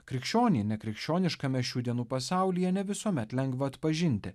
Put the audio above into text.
krikščionį nekrikščioniškame šių dienų pasaulyje ne visuomet lengva atpažinti